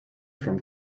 from